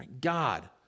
God